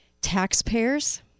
taxpayers